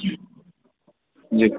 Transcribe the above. ज्यू